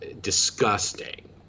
disgusting